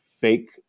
fake